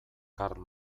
karl